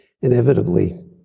inevitably